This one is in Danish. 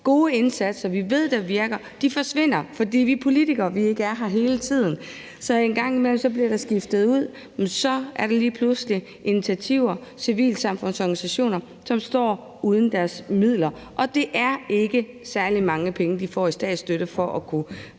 gode indsatser, vi ved der virker, forsvinder, fordi vi politikere ikke er der hele tiden. Så en gang imellem bliver der skiftet ud, og så er der lige pludselig initiativer og civilsamfundsorganisationer, som står uden deres midler. Og det er ikke særlig mange penge, de får i statsstøtte for at kunne